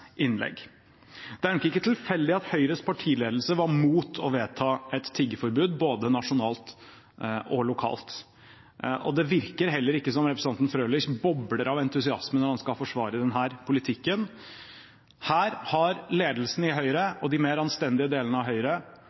innlegg. Det er nok ikke tilfeldig at Høyres partiledelse var imot å vedta et tiggeforbud både nasjonalt og lokalt. Det virker heller ikke som om representanten Frølich bobler av entusiasme når han skal forsvare denne politikken. Her har ledelsen i Høyre og de mer anstendige delene av Høyre